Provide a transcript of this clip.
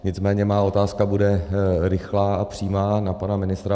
Nicméně má otázka bude rychlá a přímá na pana ministra.